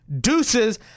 deuces